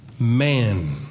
Man